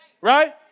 Right